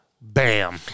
bam